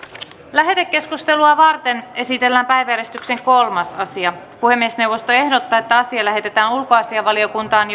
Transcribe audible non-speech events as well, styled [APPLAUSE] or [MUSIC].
lähetekeskustelua varten esitellään päiväjärjestyksen kolmas asia puhemiesneuvosto ehdottaa että asia lähetetään ulkoasiainvaliokuntaan [UNINTELLIGIBLE]